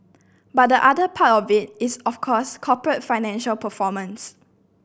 but the other part of it is of course corporate financial performance